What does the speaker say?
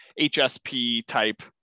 HSP-type